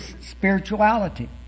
spirituality